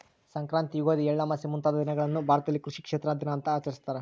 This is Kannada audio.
ಸಂಕ್ರಾಂತಿ ಯುಗಾದಿ ಎಳ್ಳಮಾವಾಸೆ ಮುಂತಾದ ದಿನಗಳನ್ನು ಭಾರತದಲ್ಲಿ ಕೃಷಿ ಕ್ಷೇತ್ರ ದಿನ ಅಂತ ಆಚರಿಸ್ತಾರ